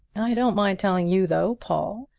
i don't mind telling you, though, paul,